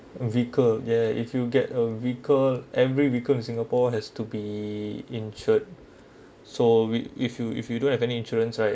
vehicle ya if you get a vehicle every vehicle in singapore has to be insured so we if you if you don't have any insurance right